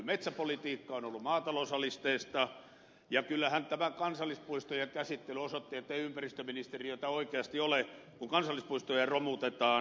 metsäpolitiikka on ollut maatalousalisteista ja kyllähän tämä kansallispuistojen käsittely osoitti ettei ympäristöministeriötä oikeasti ole kun kansallispuistoja romutetaan